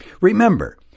Remember